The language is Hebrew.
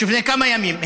לפני כמה ימים,